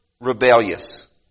rebellious